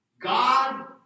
God